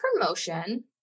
promotion